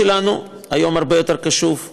עוברים לקריאה שלישית.